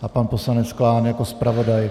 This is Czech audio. A pan poslanec Klán jako zpravodaj.